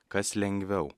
kas lengviau